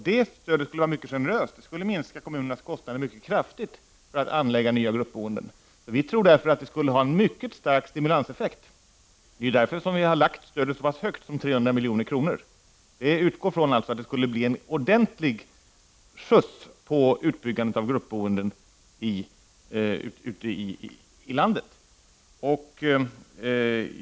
Det stödet skulle vara mycket generöst. Det skulle minska kommunernas kostnader för att anlägga nya gruppbostäder mycket kraftigt. Vi tror därför att det skulle ha en mycket stark stimulanseffekt. Det är därför vi har föreslagit ett stöd som är så pass högt som 300 milj.kr. Vi utgår från att det skulle bli en ordentlig skjuts på utbyggnaden av gruppbostäder ute i landet.